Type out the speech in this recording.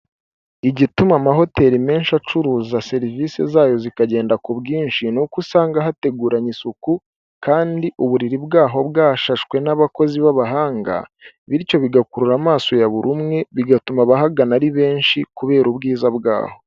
Igituma amahoteli menshi acuruza serivisi zayo zikagenda ku bwinshi, ni uko usanga hateguranye isuku kandi uburiri bwaho bwashashwe n'abakozi b'abahanga, bityo bigakurura amaso ya buri umwe, bigatuma abahagana ari benshi kubera ubwiza bwaho.